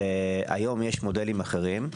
היום יש מודלים אחרים,